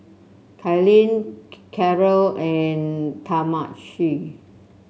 Kailyn Cara and Talmage